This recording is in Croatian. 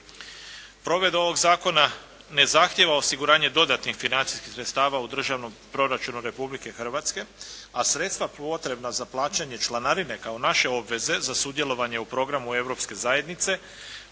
Provedba ovoga zakona ne zahtjeva osiguranje dodatnih financijskih sredstava u državnom proračunu Republike Hrvatske a sredstva potrebna za plaćanje članarine kao naše obveze za sudjelovanje u programu Europske zajednice